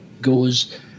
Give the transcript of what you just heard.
goes